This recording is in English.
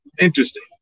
Interesting